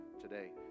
today